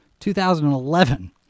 2011